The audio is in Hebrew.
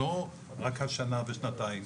לא רק לשנה ושנתיים.